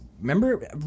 remember